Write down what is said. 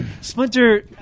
Splinter